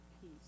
peace